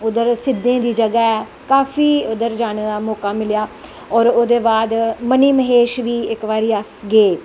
उध्दर सिध्दे दी जगाह् ऐ काफी उध्दर जानें दा मौका मिलेआ ओह्दे बाद मनी महेश बी इक बारी अस गे